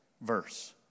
verse